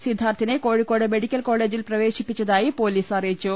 സിദ്ധാർത്ഥിനെ Kozhikode medical കോളേജിൽ പ്രവേശിപ്പിച്ചതായി police അറിയിച്ചു